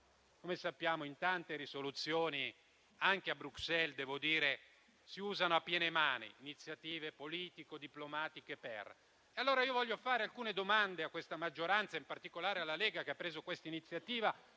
Come sappiamo, in tante risoluzioni, anche a Bruxelles, si usano a piene mani iniziative politico-diplomatiche. Vorrei, allora, fare alcune domande a questa maggioranza, in particolare alla Lega, che ha preso questa iniziativa,